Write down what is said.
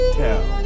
tell